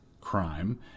crime